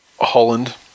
Holland